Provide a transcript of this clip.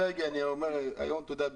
לא, לא, לא חידדתי את השאלה.